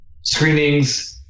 screenings